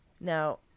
Now